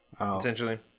essentially